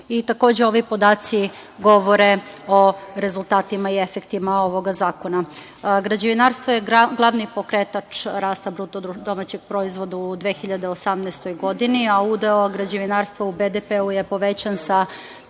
Takođe, ovi podaci govore o rezultatima i efektima ovoga zakona. Građevinarstvo je glavni pokretač rasta BDP u 2018. godini, a udeo građevinarstva u BDP-u je povećan sa